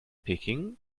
peking